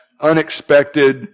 unexpected